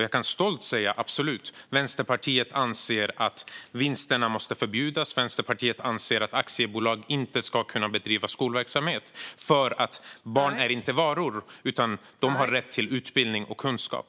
Jag kan stolt säga att Vänsterpartiet absolut anser att vinsterna måste förbjudas och att aktiebolag inte ska kunna bedriva skolverksamhet. Barn är inte varor, utan de har rätt till utbildning och kunskap.